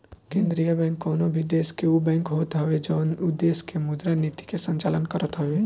केंद्रीय बैंक कवनो भी देस के उ बैंक होत हवे जवन उ देस के मुद्रा नीति के संचालन करत हवे